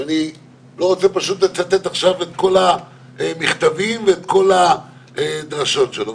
אני לא רוצה לצטט את כל המכתבים ואת כל הדרשות שלו.